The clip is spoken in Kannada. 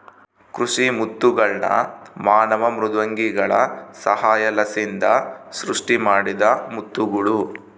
ಕೃಷಿ ಮುತ್ತುಗಳ್ನ ಮಾನವ ಮೃದ್ವಂಗಿಗಳ ಸಹಾಯಲಿಸಿಂದ ಸೃಷ್ಟಿಮಾಡಿದ ಮುತ್ತುಗುಳು